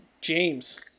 James